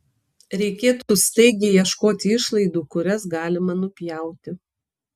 reikėtų staigiai ieškoti išlaidų kurias galima nupjauti